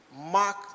mark